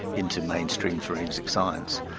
into mainstream forensic science.